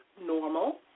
normal